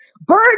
burn